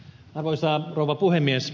arvoisa rouva puhemies